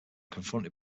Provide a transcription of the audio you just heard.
confronted